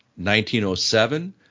1907